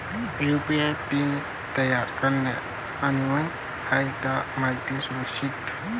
UPI PIN तयार करणे अनिवार्य आहे हे माहिती सुरक्षित